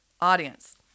audience